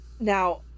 now